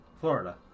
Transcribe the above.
Florida